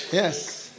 yes